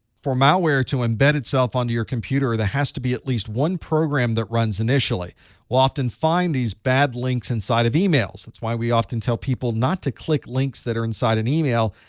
for malware to embed itself onto your computer, there has to be at least one program that runs initially. we'll often find these bad links inside of emails that's why we often tell people not to click links that are inside an email.